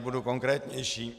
Budu konkrétnější.